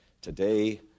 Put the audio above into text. Today